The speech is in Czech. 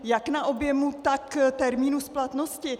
Jak na objemu, tak na termínu splatnosti.